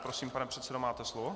Prosím, pane předsedo, máte slovo.